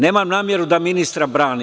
Nemam nameru da ministra branim.